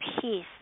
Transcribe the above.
peace